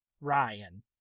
Ryan